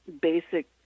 basic